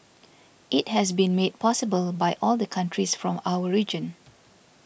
it has been made possible by all the countries from our region